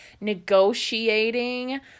negotiating